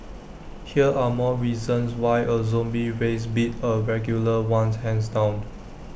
here are more reasons why A zombie race beat A regular ones hands down